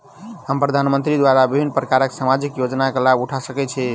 हम प्रधानमंत्री द्वारा विभिन्न प्रकारक सामाजिक योजनाक लाभ उठा सकै छी?